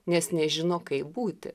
nes nežino kaip būti